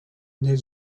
nel